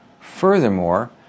Furthermore